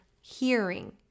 hearing